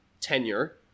tenure